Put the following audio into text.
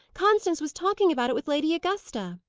constance was talking about it with lady augusta.